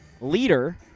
leader